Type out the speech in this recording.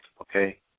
okay